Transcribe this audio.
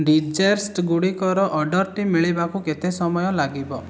desserts ଗୁଡ଼ିକର ଅର୍ଡ଼ର୍ଟି ମିଳିବାକୁ କେତେ ସମୟ ଲାଗିବ